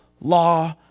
law